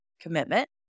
commitment